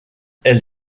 elle